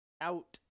out